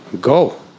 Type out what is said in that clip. go